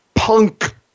punk